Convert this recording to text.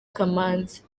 kamanzi